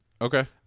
Okay